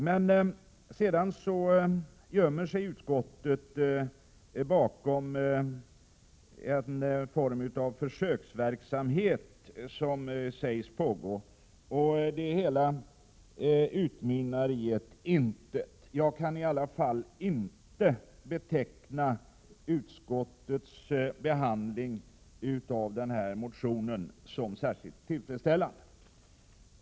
Men sedan gömmer sig utskottet bakom en form av försöksverksamhet som sägs pågå. Det hela utmynnar i intet. Jag kan i alla fall inte beteckna utskottets behandling av den här motionen som särskilt tillfredsställande.